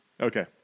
Okay